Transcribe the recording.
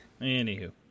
Anywho